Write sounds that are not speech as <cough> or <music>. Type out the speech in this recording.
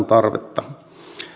<unintelligible> tarvetta